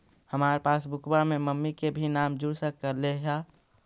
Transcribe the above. हमार पासबुकवा में मम्मी के भी नाम जुर सकलेहा?